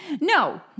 No